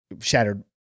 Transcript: shattered